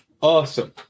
awesome